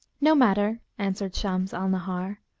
no matter answered shams al-nahar.